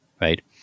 right